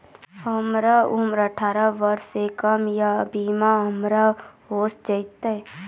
हमर उम्र अठारह वर्ष से कम या बीमा हमर हो जायत?